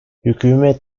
hükümet